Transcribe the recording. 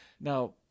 Now